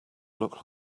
look